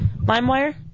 LimeWire